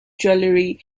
jewelry